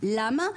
למה?